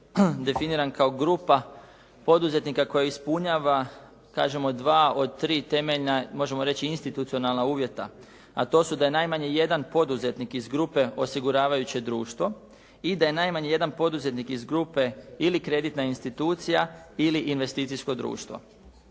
definiran kao grupa poduzetnika koji ispunjava, kažemo dva od tri temeljna, možemo reći institucionalna uvjeta, a to su da je najmanje jedan poduzetnik iz grupe osiguravajuće društvo i da je najmanje jedan poduzetnik iz grupe ili kreditna institucija ili investicijsko društvo.